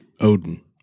Odin